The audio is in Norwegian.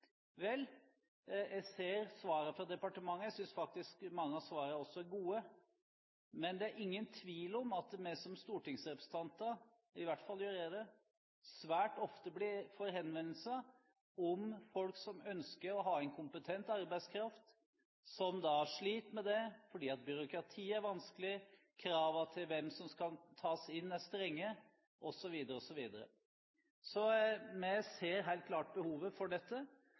Vel, jeg ser svaret fra departementet. Jeg synes faktisk mange av svarene også er gode. Men det er ingen tvil om at vi som stortingsrepresentanter – i hvert fall gjør jeg det – svært ofte får henvendelser om folk som ønsker å ta inn kompetent arbeidskraft, og som da sliter med det fordi byråkratiet er vanskelig, kravene til hvem som skal tas inn, er strenge, osv. Så vi ser helt klart behovet for dette.